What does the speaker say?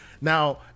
now